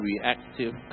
reactive